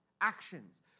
actions